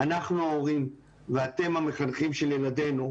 אנחנו ההורים ואתם המחנכים של ילדנו,